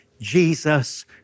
Jesus